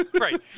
right